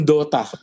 Dota